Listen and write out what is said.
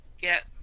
get